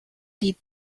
did